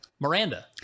Miranda